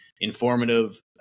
informative